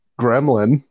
Gremlin